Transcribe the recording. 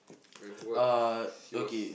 she was